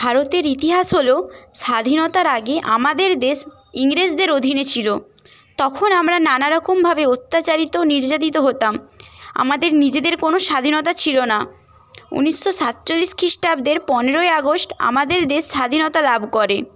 ভারতের ইতিহাস হলো স্বাধীনতার আগে আমাদের দেশ ইংরেজদের অধীনে ছিল তখন আমরা নানারকমভাবে অত্যাচারিত নির্যাতিত হতাম আমাদের নিজেদের কোনো স্বাধীনতা ছিল না উনিশশো সাতচল্লিশ খ্রিস্টাব্দের পনেরোই আগস্ট আমাদের দেশ স্বাধীনতা লাভ করে